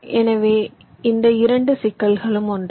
எனவே இந்த 2 சிக்கல்களும் ஒன்றே